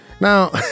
Now